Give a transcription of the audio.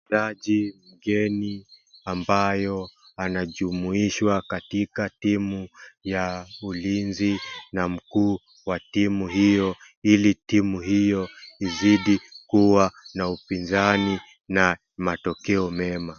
Mchezaji mgeni ambayo anajumuishwa katika timu ya ulinzi na mkuu wa timu hiyo ili timu hiyo izidi kuwa na upinzani na matokeo mema.